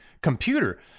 Computer